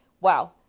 Wow